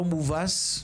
לא מובס,